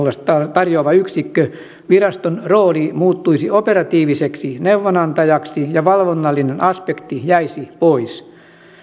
tarjoava yksikkö viraston rooli muuttuisi operatiiviseksi neuvonantajaksi ja valvonnallinen aspekti jäisi pois